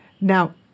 Now